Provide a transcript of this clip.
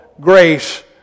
grace